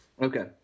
Okay